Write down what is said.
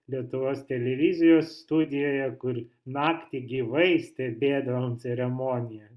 lietuvos televizijos studijoje kur naktį gyvai stebėdavom ceremoniją